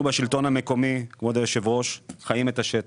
אנחנו בשלטון המקומי חיים את השטח.